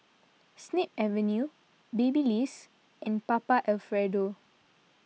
Snip Avenue Babyliss and Papa Alfredo